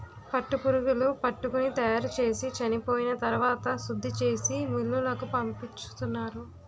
పట్టుపురుగులు పట్టుని తయారుచేసి చెనిపోయిన తరవాత శుద్ధిచేసి మిల్లులకు పంపించుతారు